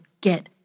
get